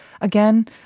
again